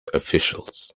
officials